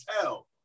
tell